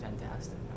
fantastic